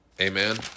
Amen